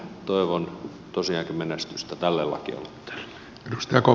toivon tosiaankin menestystä tälle lakialoitteelle